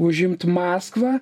užimt maskvą